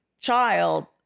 child